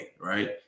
right